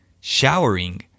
showering